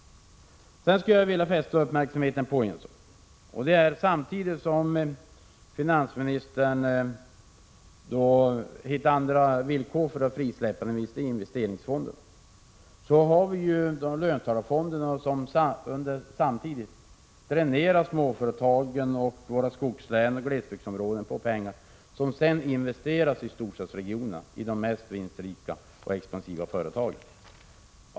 Sedan skulle jag vilja fästa uppmärksamheten på en sak. Samtidigt som finansministern hittar andra villkor för att frisläppa investeringsfonden har vi ju löntagarfonderna, som samtidigt dränerar småföretagen, våra skogslän och glesbygdsområden på pengar, som sedan investeras i storstadsregionerna i de rikaste och mest expansiva företagen.